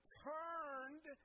turned